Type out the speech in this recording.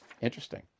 Interesting